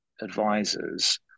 advisors